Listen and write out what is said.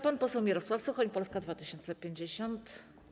Pan poseł Mirosław Suchoń, Polska 2050.